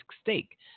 stake